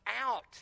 out